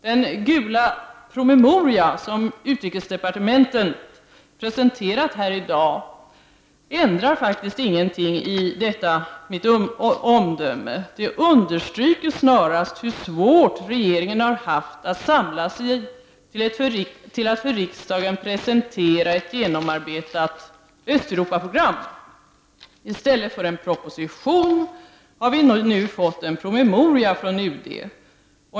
Den gula promemoria som utrikesdepartementet presenterat här i dag ändrar faktiskt ingenting i detta mitt omdöme. Det understryker snarast hur svårt regeringen har haft att samla sig till att för riksdagen presentera ett ge nomarbetat Östeuropaprogram. I stället för en proposition har vi nu fått en promemoria från UD.